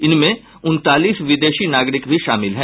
इनमें उनतालीस विदेशी नागरिक भी शामिल है